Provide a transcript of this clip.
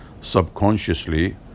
subconsciously